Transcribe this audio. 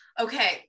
Okay